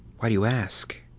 why do you ask?